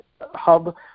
hub